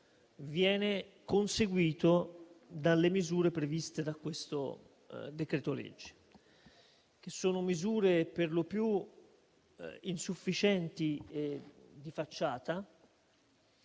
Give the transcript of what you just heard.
viene conseguito dalle misure previste da questo decreto-legge; misure per lo più insufficienti e di facciata